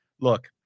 Look